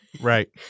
Right